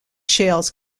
shales